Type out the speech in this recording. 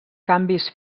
canvis